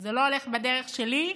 זה לא הולך בדרך שלי,